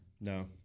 No